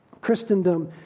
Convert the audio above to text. Christendom